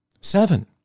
Seven